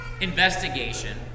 investigation